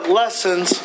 lessons